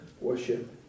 worship